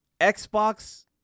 Xbox